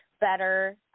better